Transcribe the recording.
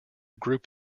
group